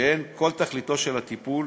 שכן כל תכליתו של הטיפול